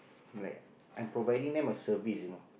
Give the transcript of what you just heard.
like I'm providing them a service you know